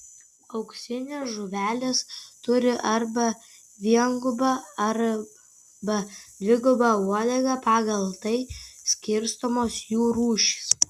auksinės žuvelės turi arba viengubą arba dvigubą uodegą pagal tai skirstomos jų rūšys